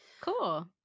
Cool